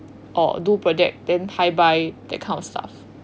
or do project then hi bye that kind of stuff